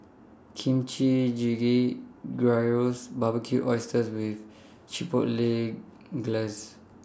Kimchi Jjigae Gyros Barbecued Oysters with Chipotle Glaze